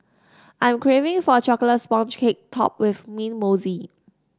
I am craving for a chocolate sponge cake topped with mint mousse